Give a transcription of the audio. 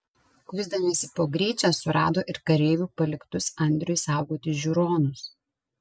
kuisdamiesi po gryčią surado ir kareivių paliktus andriui saugoti žiūronus